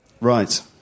Right